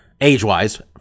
age-wise